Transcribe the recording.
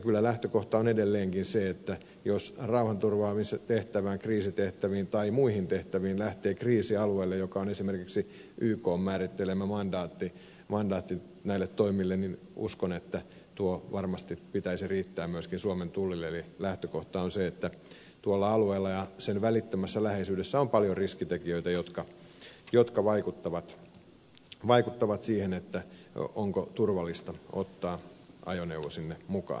kun lähtökohta on edelleenkin se että jos rauhanturvaamistehtävään kriisitehtäviin tai muihin tehtäviin lähtee kriisialueelle joka on esimerkiksi ykn määrittelemä mandaatti näille toimille niin uskon että tuon varmasti pitäisi riittää myöskin suomen tullille eli lähtökohta on se että tuolla alueella ja sen välittömässä läheisyydessä on paljon riskitekijöitä jotka vaikuttavat siihen onko turvallista ottaa ajoneuvo sinne mukaan